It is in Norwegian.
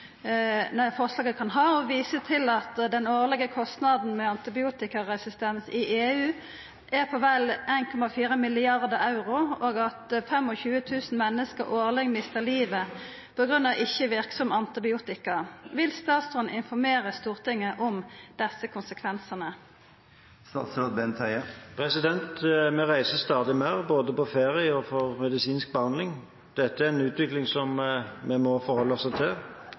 kan ha, og viser til at den årlege kostnaden med antibiotikaresistens i EU er på vel 1,5 milliardar euro, og at 25 000 menneske årleg mistar livet på grunn av ikkje verksam antibiotika. Vil statsråden informera Stortinget om desse konsekvensane?» Vi reiser stadig mer, både på ferie og for å få medisinsk behandling. Dette er en utvikling som vi må forholde oss til.